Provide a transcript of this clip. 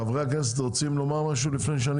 חברי הכנסת רוצים לומר משהו לפני שאני